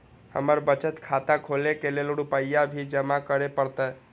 हमर बचत खाता खोले के लेल रूपया भी जमा करे परते?